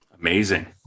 Amazing